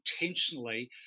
intentionally